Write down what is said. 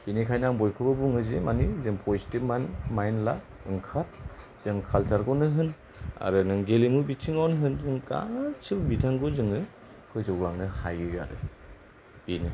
बेनिखायनो आं बयखौबो बुङो जे माने जों पजिटिभ माइन्द ला ओंखार जों काल्सार खौनो होन आरो नों गेलेमु बिथिंआवनो होन जों गासैबो बिथिंखौ जोङो फोजौलांनो हायो आरो बेनो